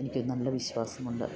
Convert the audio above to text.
എനിക്കൊരു നല്ല വിശ്വാസമുണ്ട്